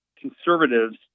Conservatives